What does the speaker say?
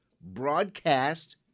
broadcast